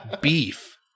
beef